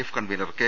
F convener K